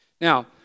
Now